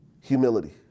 humility